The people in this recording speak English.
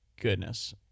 goodness